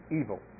evil